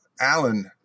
Alan